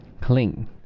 clean